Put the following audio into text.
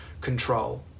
control